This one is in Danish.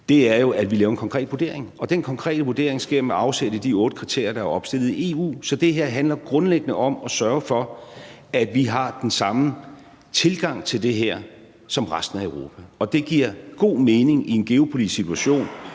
er jo, at vi laver en konkret vurdering, og den konkrete vurdering sker med afsæt i de otte kriterier, der er opstillet i EU. Så det her handler grundlæggende om at sørge for, at vi har den samme tilgang til det her som resten af Europa, og det giver god mening i en geopolitisk situation,